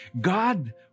God